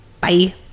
Bye